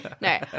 No